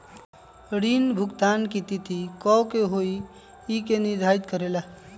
ऋण भुगतान की तिथि कव के होई इ के निर्धारित करेला?